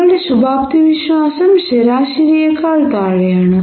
നിങ്ങളുടെ ശുഭാപ്തിവിശ്വാസം ശരാശരിയേക്കാൾ താഴെയാണ്